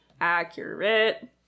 Accurate